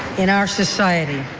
in our society,